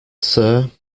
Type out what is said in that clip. sir